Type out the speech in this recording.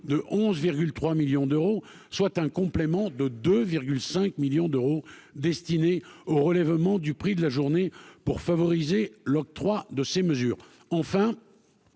de 11 3 millions d'euros, soit un complément de de 5 millions d'euros destinés au relèvement du prix de la journée pour favoriser l'octroi de ces mesures, enfin